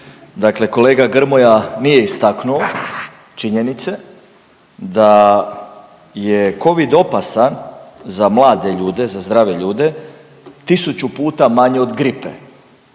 dakle kolega Grmoja nije istaknuo činjenice da je covid opasan za mlade ljude, za zdrave ljude tisuću puta manje od gripe